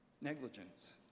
negligence